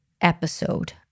episode